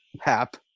Hap